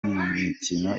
mikino